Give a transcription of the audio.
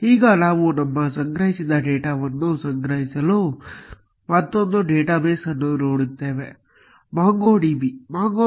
ಈಗ ನಾವು ನಮ್ಮ ಸಂಗ್ರಹಿಸಿದ ಡೇಟಾವನ್ನು ಸಂಗ್ರಹಿಸಲು ಮತ್ತೊಂದು ಡೇಟಾಬೇಸ್ ಅನ್ನು ನೋಡುತ್ತೇವೆ MongoDB